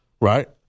Right